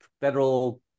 federal